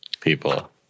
people